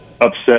upset